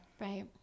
right